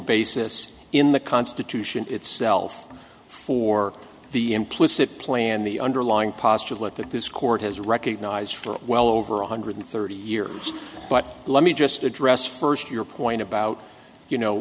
basis in the constitution itself for the implicit plan the underlying postulate that this court has recognized for well over one hundred thirty years but let me just address first your point about you know